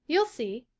you'll see.